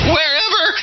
Wherever